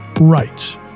rights